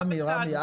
רמי,